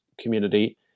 community